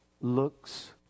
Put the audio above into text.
looks